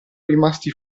rimasti